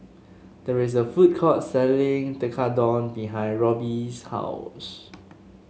there's a food court selling Tekkadon behind Robby's house